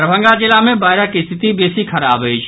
दरभंगा जिला मे बाढ़िक स्थिति बेसी खराब अछि